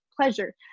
pleasure